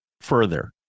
further